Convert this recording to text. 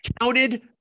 counted